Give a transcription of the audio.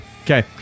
Okay